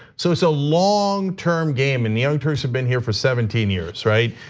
so it's a long term game and the young turks have been here for seventeen years right?